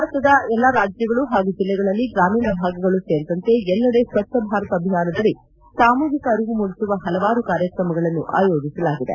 ಭಾರತದ ಎಲ್ಲಾ ರಾಜ್ಯಗಳು ಹಾಗೂ ಜಿಲ್ಲೆಗಳಲ್ಲಿ ಗ್ರಾಮೀಣ ಭಾಗಗಳು ಸೇರಿದಂತೆ ಎಲ್ಲೆಡೆ ಸ್ವಜ್ಞ ಭಾರತ ಅಭಿಯಾನದಡಿ ಸಾಮೂಹಿಕ ಅರಿವು ಮೂಡಿಸುವ ಪಲವಾರು ಕಾರ್ತಕ್ರಮಗಳನ್ನು ಆಯೋಜಸಲಾಗಿದೆ